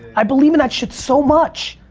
i believe in that shit so much.